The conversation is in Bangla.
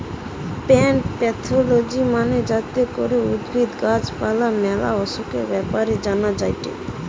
প্লান্ট প্যাথলজি মানে যাতে করে উদ্ভিদ, গাছ পালার ম্যালা অসুখের ব্যাপারে জানা যায়টে